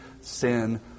sin